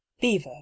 Beaver